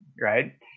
right